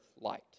light